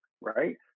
right